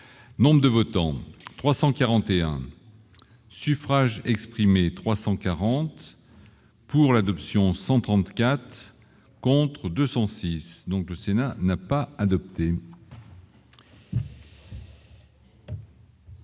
Nombre de votants 341 suffrages exprimés, 340 pour l'adoption 134 contre 206 donc, le Sénat n'a pas adopté. Donc